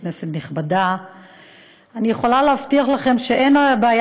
חבר הכנסת טיבי, אודה לך אם תחליף אותי לכמה דקות.